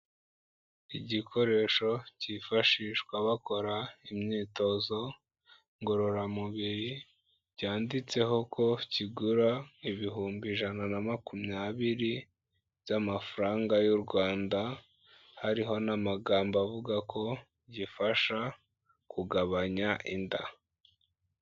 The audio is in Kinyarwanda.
Igikoresho cyifashishwa bakora imyitozo ngororamubiri, cyanditseho ko kigura ibihumbi ijana na makumyabiri by'amafaranga y'u Rwanda, hariho n'amagambo avuga ko gifasha kugabanya inda.